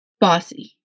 Bossy